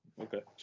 okay